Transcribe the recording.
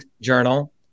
journal